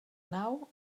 nau